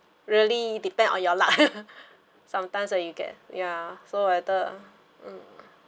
really depends on your luck sometimes when you can ya so whether mm